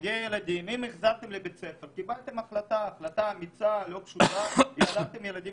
אם קיבלתם החלטה אמיצה ולא פשוטה להחזיר ילדים